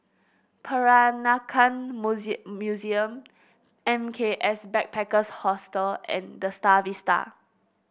Peranakan Museum M K S Backpackers Hostel and The Star Vista